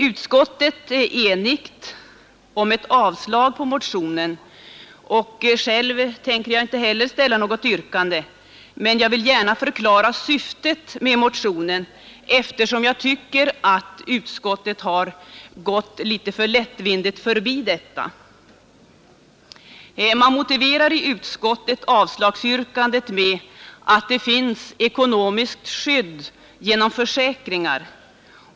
Utskottet är enigt om ett avslag på motionen, Själv tänker jag här inte framställa något yrkande, men jag vill gärna förklara syftet med motionen, eftersom jag tycker att utskottet litet för lättvindigt har gått förbi detta. Utskottet motiverar avslagsyrkandet med att det redan finns ekonomiskt skydd genom försäkringar.